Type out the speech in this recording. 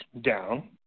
down